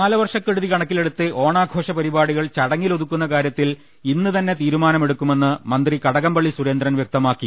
കാല വർഷക്കെടുതി കണ്ക്കിലെടുത്ത് ഓണാ ഘോഷ പരിപാടികൾ ചടങ്ങിലൊതുക്കുന്ന് കാരൃത്തിൽ ഇന്ന് തന്നെ തീരുമാന മെടുക്കുമെന്ന് മന്ത്രി ക്ടകംപള്ളി സുരേന്ദ്രൻ വൃക്തമാക്കി